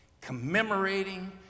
commemorating